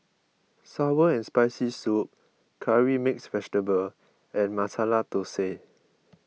Sour and Spicy Soup Curry Mixed Vegetable and Masala Thosai